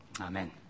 Amen